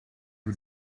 who